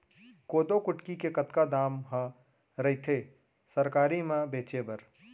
कोदो कुटकी के कतका दाम ह रइथे सरकारी म बेचे बर?